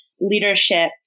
leadership